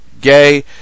Gay